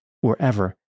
wherever